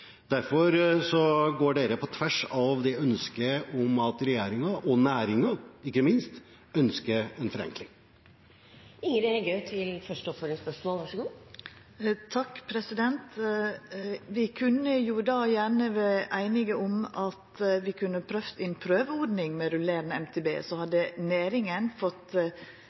Derfor går dette på tvers av ønsket om at regjeringen – og næringen, ikke minst – ønsker en forenkling. Vi kunne då gjerne vore einige om ei prøveordning med rullerande MTB, så hadde næringa fått